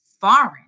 foreign